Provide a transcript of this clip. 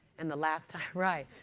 and the last time right,